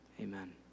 amen